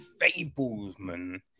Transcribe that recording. fablesman